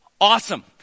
awesome